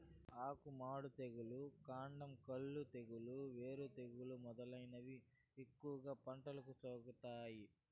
ఆకు మాడు తెగులు, కాండం కుళ్ళు తెగులు, వేరు తెగులు మొదలైనవి ఎక్కువగా పంటలకు సోకుతాయి